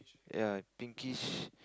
ya pinkish